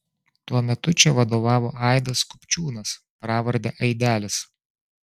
tuo metu čia vadovavo aidas kupčiūnas pravarde aidelis